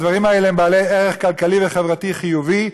הדברים האלה הם בעלי ערך כלכלי וחברתי חיובי,